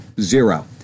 Zero